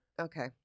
Okay